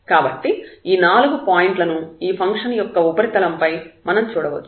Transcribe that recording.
కాబట్టి ఈ నాలుగు పాయింట్ల ను ఈ ఫంక్షన్ యొక్క ఉపరితలంపై మనం చూడవచ్చు